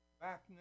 Back